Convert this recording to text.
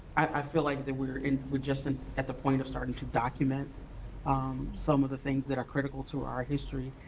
i feel like that we're and we're just and at the point of starting to document um some of the things that are critical to our history,